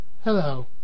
hello